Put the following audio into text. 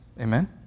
Amen